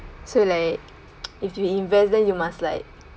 so like if you invest then you must like